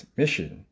mission